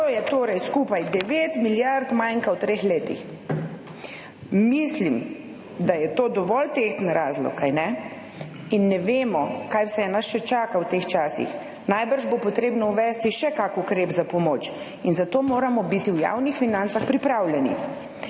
torej skupaj 9 milijard manka v treh letih. Mislim, da je to dovolj tehten razlog, kajne? In ne vemo, kaj vse nas še čaka v teh časih. Najbrž bo potrebno uvesti še kak ukrep za pomoč in zato moramo biti v javnih financah pripravljeni.